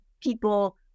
people